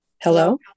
Hello